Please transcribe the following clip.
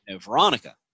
veronica